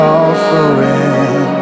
offering